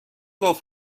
گفت